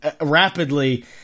rapidly